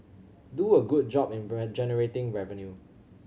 do a good job in generating revenue